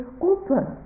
open